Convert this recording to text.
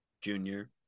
Junior